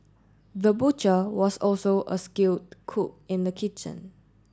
the butcher was also a skilled cook in the kitchen